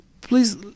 Please